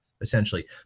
essentially